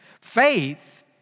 Faith